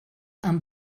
amb